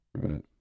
Right